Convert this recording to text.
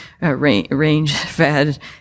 range-fed